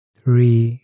three